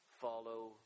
follow